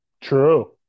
True